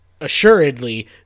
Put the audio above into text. assuredly